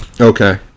Okay